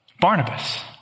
Barnabas